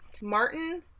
Martin